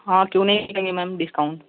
हाँ क्यों नहीं देंगे मैंम डिस्काउंट